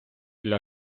для